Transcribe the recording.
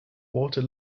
walter